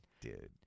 dude